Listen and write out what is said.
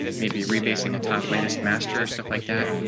maybe rebasing a top latest master, stuff like that.